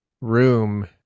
room